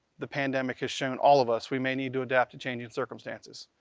the pandemic has shown all of us we may need to adapt to change in circumstances.